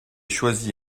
choisi